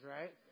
right